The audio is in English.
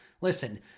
Listen